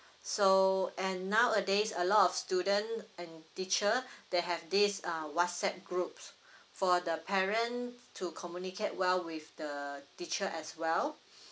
so and nowadays a lot of student and teacher they have this uh whatsapp groups for the parent to communicate well with the teacher as well